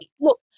look